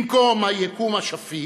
במקום היקום השפיט,